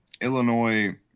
Illinois